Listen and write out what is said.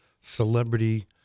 celebrity